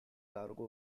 cargo